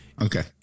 Okay